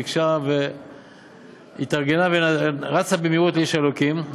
ביקשה והתארגנה, רצה במהירות לאיש האלוקים.